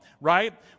right